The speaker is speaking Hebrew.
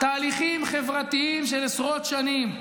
אלה תהליכים חברתיים של עשרות שנים.